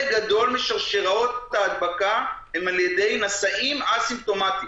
גדול משרשראות ההדבקה הן על ידי נשאים א-סימפטומטיים,